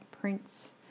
prints